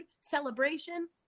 celebration